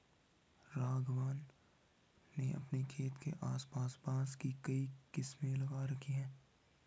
राघवन ने अपने खेत के आस पास बांस की कई किस्में लगा रखी हैं